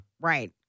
Right